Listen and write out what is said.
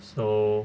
so